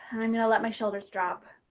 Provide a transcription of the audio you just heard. i'm gonna let my shoulders drop.